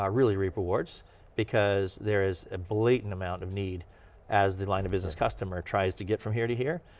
ah really reap rewards because there is a blatant amount of need as the line of business customer tries to get from here to here.